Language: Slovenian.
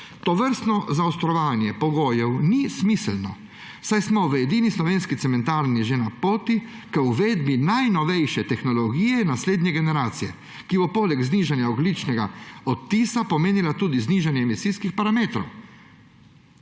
Tovrstno zaostrovanje pogojev ni smiselno, saj smo v edini slovenski cementarni že na poti k uvedbi najnovejše tehnologije naslednje generacije, ki bo poleg znižanja ogljičnega odtisa pomenila tudi znižanje emisijskih parametrov.